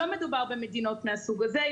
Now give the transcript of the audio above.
לא מדובר במדינות מהסוג הזה,